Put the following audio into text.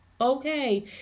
Okay